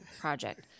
project